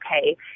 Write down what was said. okay